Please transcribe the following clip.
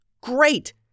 Great